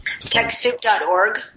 TechSoup.org